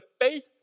faith